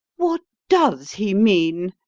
what does he mean?